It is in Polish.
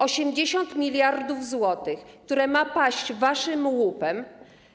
80 mld zł, które ma paść waszym łupem